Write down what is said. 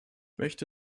möchte